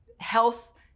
health